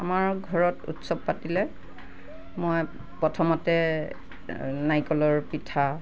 আমাৰ ঘৰত উৎসৱ পাতিলে মই প্ৰথমতে নাৰিকলৰ পিঠা